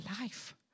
life